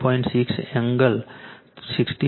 6 angle 60